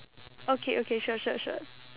okay okay sure sure sure